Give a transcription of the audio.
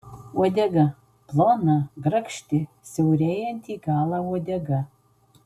uodega plona grakšti siaurėjanti į galą uodega